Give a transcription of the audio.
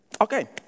Okay